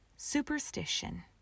superstition